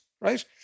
right